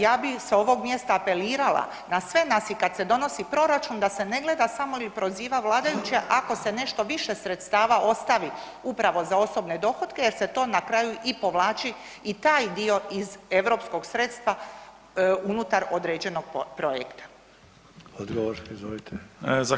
Ja bi s ovog mjesta apelirala na sve nas i kad se donosi proračun da se ne gleda samo ili proziva vladajuće ako se nešto više sredstava ostavi upravo za osobne dohotke jer se to na kraju i povlači i taj dio iz europskog sredstva unutar određenog projekta.